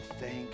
thank